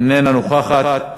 איננה נוכחת,